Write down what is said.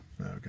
Okay